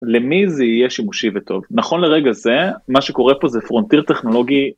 למי זה יהיה שימושי וטוב? נכון לרגע זה מה שקורה פה זה פרונטיר טכנולוגי